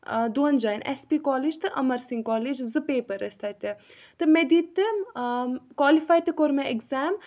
دۄن جایَن S P college تہٕ اَمرسِنٛگ کالیج زٕ پیپَر ٲسۍ تَتہِ تہٕ مےٚ دِتۍ تہِ کالِفاے تہٕ کوٚر مےٚ اٮ۪کزام